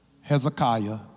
Hezekiah